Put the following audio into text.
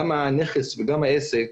גם הנכס וגם העסק,